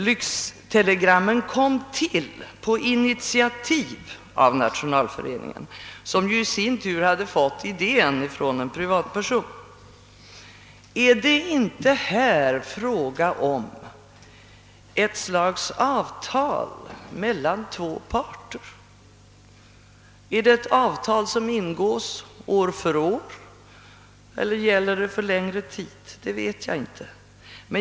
Lyxtelegrammen kom till på initiativ av Nationalföreningen, som ju i sin tur hade fått idén från en privatperson. Är det inte här fråga om ett slags avtal mellan två parter? Ett avtal som ingås år för år eller för en längre tid?